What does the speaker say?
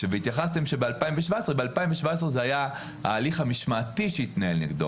ב-2017 זה היה ההליך המשמעתי שהתנהל נגדו.